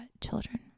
children